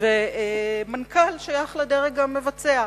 ומנכ"ל שייך לדרג המבצע.